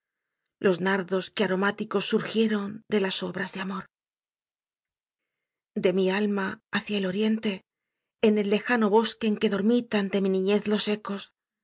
los nardos que aromáticos surgieron de las obras de amor de mi alma hacia el oriente en el lejano bosque en que dormitan de mi niñez los ecos